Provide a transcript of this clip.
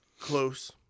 close